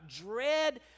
dread